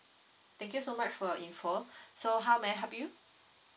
thank you so much for your info so how may I help you